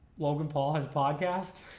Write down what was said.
logan pauls podcast,